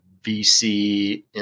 VC